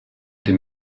dem